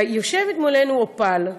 ויושבת מולנו אופל,